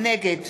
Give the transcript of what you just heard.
נגד